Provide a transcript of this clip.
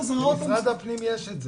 למשרד הפנים יש את זה.